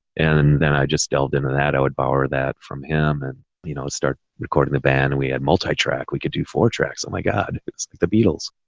and then i just delved into that. i would borrow that from him and you know, start recording the band and we had multi-track, we could do four tracks. i'm like, god, it's like the beatles.